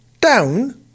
down